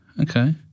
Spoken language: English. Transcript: Okay